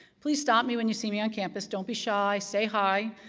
please stop me when you see me on campus. don't be shy. say hi,